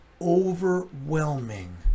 overwhelming